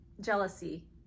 jealousy